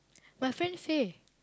my friend say